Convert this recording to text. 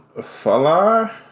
Falar